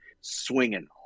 swinging